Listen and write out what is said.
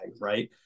right